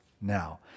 now